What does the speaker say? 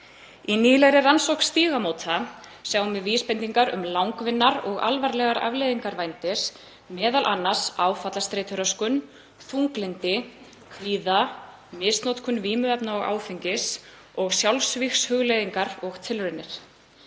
Í nýlegri rannsókn Stígamóta sjáum við vísbendingar um langvinnar og alvarlegar afleiðingar vændis, m.a. áfallastreituröskun, þunglyndi, kvíða, misnotkun vímuefna og áfengis og sjálfsvígshugleiðingar og -tilraunir.